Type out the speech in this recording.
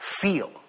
Feel